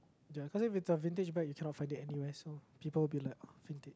ya cause then if the vintage bag you cannot find it anywhere so people will be like oh vintage